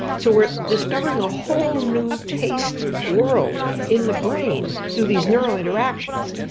so we're discovering a whole new taste world in the brain through these neural interactions.